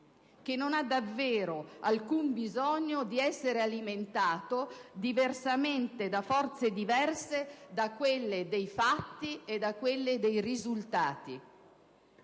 che non ha davvero alcun bisogno di essere alimentato da forze diverse da quelle dei fatti e dei risultati.